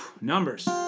Numbers